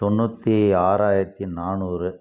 தொண்ணூற்றி ஆறாயிரத்து நானூறு